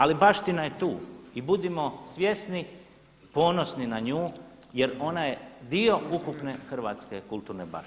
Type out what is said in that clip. Ali baština je tu i budimo svjesni, ponosni na nju jer ona je dio ukupne hrvatske kulturne baštine.